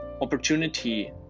opportunity